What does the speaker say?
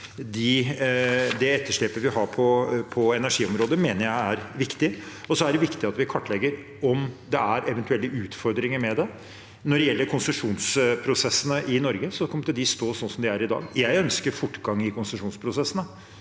det etterslepet vi har på energiområdet, og så er det viktig at vi kartlegger om det er eventuelle utfordringer med det. Når det gjelder konsesjonsprosessene i Norge, kommer de til å stå sånn som de er i dag. Jeg ønsker fortgang i konsesjonsprosessene.